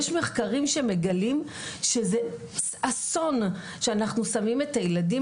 יש מחקרים שמגלים שזה אסון שאנחנו שמים את הילדים,